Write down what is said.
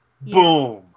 Boom